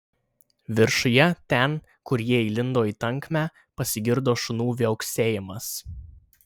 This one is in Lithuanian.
viršuje ten kur jie įlindo į tankmę pasigirdo šunų viauksėjimas